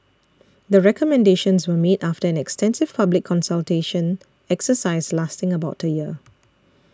the recommendations were made after an extensive public consultation exercise lasting about a year